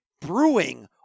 brewing